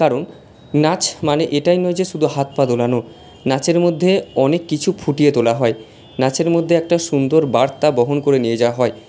কারণ নাচ মানে এটাই নয় যে শুধু হাত পা দোলানো নাচের মধ্যে অনেক কিছু ফুটিয়ে তোলা হয় নাচের মধ্যে একটা সুন্দর বার্তা বহন করে নিয়ে যাওয়া হয়